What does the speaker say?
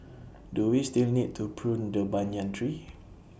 do we still need to prune the banyan tree